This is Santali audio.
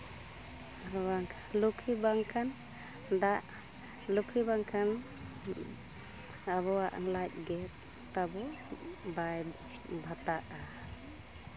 ᱟᱫᱚ ᱵᱟᱝᱠᱷᱟᱱ ᱞᱩᱠᱠᱷᱤ ᱵᱟᱝᱠᱷᱟᱱ ᱫᱟᱜ ᱞᱩᱠᱠᱷᱤ ᱵᱟᱝᱠᱷᱟᱱ ᱟᱵᱚᱣᱟᱜ ᱞᱟᱡ ᱜᱮ ᱛᱟᱵᱚ ᱵᱟᱭ ᱵᱷᱟᱛᱟᱜᱼᱟ